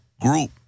group